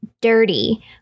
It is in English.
dirty